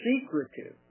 Secretive